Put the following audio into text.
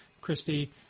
Christy